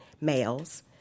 males